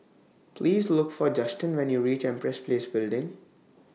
Please Look For Justin when YOU REACH Empress Place Building